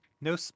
no